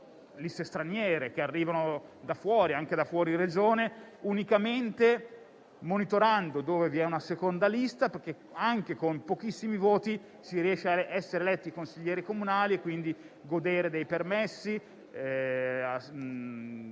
liste che arrivano da fuori, anche da fuori Regione, unicamente monitorando dove vi è una seconda lista, perché anche con pochissimi voti si riesce a essere eletti consiglieri comunali e quindi a godere dei permessi